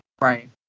Right